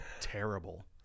terrible